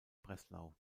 breslau